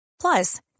Plus